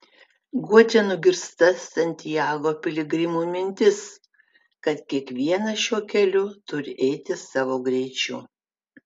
guodžia nugirsta santiago piligrimų mintis kad kiekvienas šiuo keliu turi eiti savo greičiu